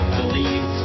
believe